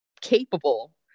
capable